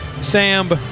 Sam